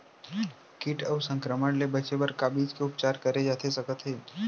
किट अऊ संक्रमण ले बचे बर का बीज के उपचार करे जाथे सकत हे?